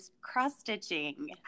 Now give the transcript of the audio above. cross-stitching